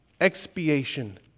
expiation